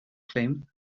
claim